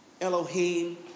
Elohim